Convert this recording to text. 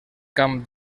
camp